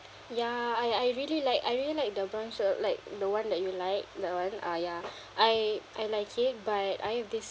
ya I I really like I really like the branch uh like the one that you like the one ah ya I I like it but I have this